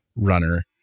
Runner